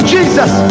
Jesus